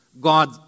God